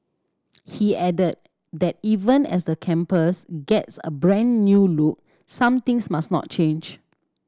he added that even as the campus gets a brand new look some things must not change